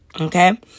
Okay